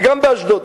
וגם באשדוד.